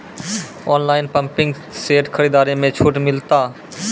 Online pumping set खरीदारी मे छूट मिलता?